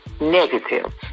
negative